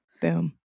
boom